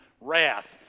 wrath